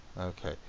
Okay